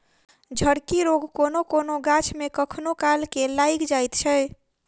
झड़की रोग कोनो कोनो गाछ मे कखनो काल के लाइग जाइत छै